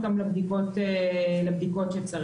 וייקח אותם לבדיקות שצריך.